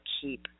keep